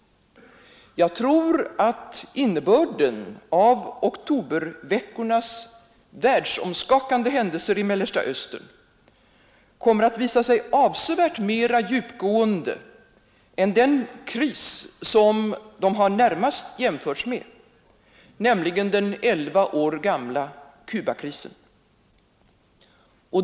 Jag tror också att innebörden av oktoberveckornas världsomskakande händelser i Mellersta Östern kommer att visa sig avsevärt mer djupgående än den kris som de närmast har jämförts med, nämligen den elva år gamla Cubakrisen.